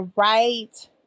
right